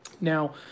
Now